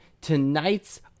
tonight's